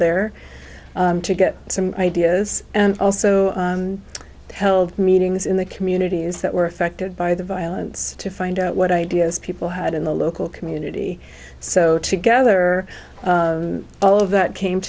there to get some ideas and also held meetings in the communities that were affected by the violence to find out what ideas people had in the local community so together all of that came